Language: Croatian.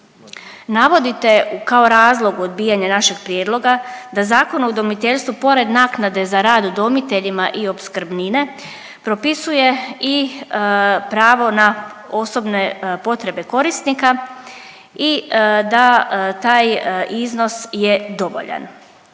Navodite kao razlog odbijanja našeg prijedloga da Zakon o udomiteljstvu pored naknade za rad udomiteljima i opskrbnine propisuje i pravo na osobne potrebe korisnika i da taj iznos je dovoljan.